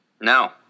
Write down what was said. No